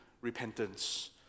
repentance